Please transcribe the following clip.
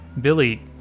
Billy